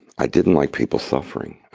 i didn't like people suffering.